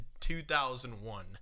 2001